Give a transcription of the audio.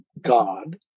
God